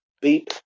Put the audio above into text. beep